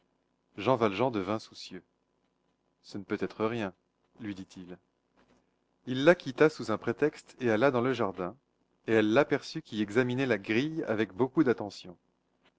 jean valjean devint soucieux ce ne peut être rien lui dit-il il la quitta sous un prétexte et alla dans le jardin et elle l'aperçut qui examinait la grille avec beaucoup d'attention